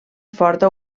forta